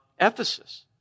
Ephesus